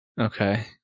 Okay